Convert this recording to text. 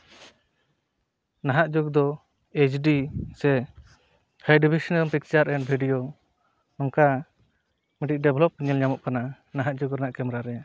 ᱱᱟᱦᱟᱜ ᱡᱩᱜᱽ ᱫᱚ ᱮᱭᱤᱪ ᱰᱤ ᱥᱮ high dimensional picture and video ᱱᱚᱝᱠᱟ ᱱᱤᱫᱴᱤᱱ ᱰᱮᱵᱷᱞᱚᱯ ᱧᱮᱞ ᱧᱟᱢᱚᱜ ᱠᱟᱱᱟ ᱱᱟᱦᱟᱜ ᱡᱩᱜᱽ ᱨᱮᱱᱟᱜ ᱠᱮᱢᱟᱨᱟ ᱨᱮ